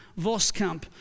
Voskamp